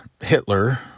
Hitler